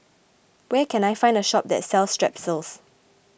where can I find a shop that sells Strepsils